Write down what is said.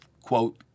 quote